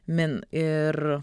min ir